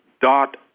dot